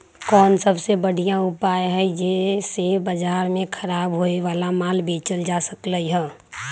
कोन सबसे बढ़िया उपाय हई जे से बाजार में खराब होये वाला माल बेचल जा सकली ह?